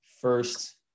first